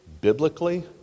biblically